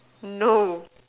no